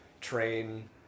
train